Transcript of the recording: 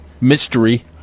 mystery